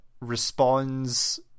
responds